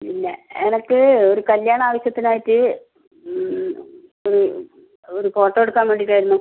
പിന്നെ എനിക്ക് ഒരു കല്ല്യാണ ആവശ്യത്തിനായിട്ട് ഒരു ഫോട്ടോ എടുക്കാൻ വേണ്ടിയിട്ടായിരുന്നു